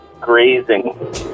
grazing